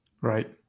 Right